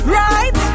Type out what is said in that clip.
right